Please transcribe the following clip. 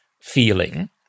feeling